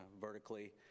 vertically